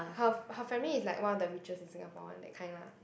her her family is like one of the richest in Singapore one that kind lah